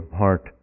heart